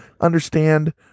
understand